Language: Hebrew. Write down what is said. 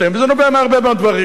זה נובע מהרבה מאוד דברים.